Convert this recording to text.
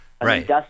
Right